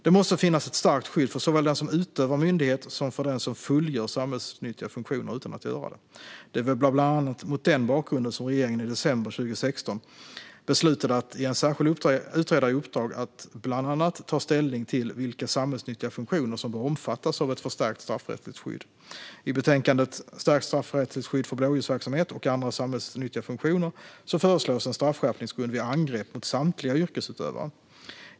Det måste finnas ett starkt skydd för såväl den som utövar myndighet som för den som fullgör samhällsnyttiga funktioner utan att göra det. Det var bland annat mot den bakgrunden som regeringen i december 2016 beslutade att ge en särskild utredare i uppdrag att bland annat ta ställning till vilka samhällsnyttiga funktioner som bör omfattas av ett förstärkt straffrättsligt skydd. I betänkandet Stärkt straffrättsligt skydd för blåljusverksamhet och andra samhällsnyttiga funktioner föreslås en straffskärpningsgrund vid angrepp mot samtliga yrkesutövare.